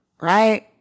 Right